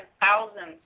thousands